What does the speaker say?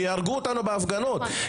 כי יהרגו אותנו בהפגנות.